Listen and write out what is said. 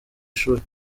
ishuli